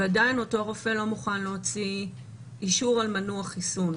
ועדיין אותו רופא לא מוכן להוציא אישור על מנוע-חיסון.